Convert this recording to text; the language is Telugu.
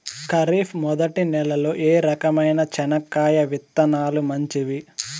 ఖరీఫ్ మొదటి నెల లో ఏ రకమైన చెనక్కాయ విత్తనాలు మంచివి